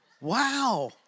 Wow